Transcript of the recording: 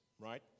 right